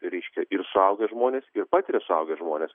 reiškia ir suaugę žmonės ir patiria suaugę žmonės